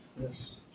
Yes